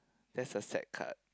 that's a sad card